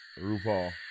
RuPaul